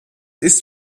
ist